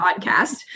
podcast